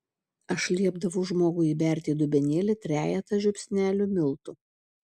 aš liepdavau žmogui įberti į dubenėlį trejetą žiupsnelių miltų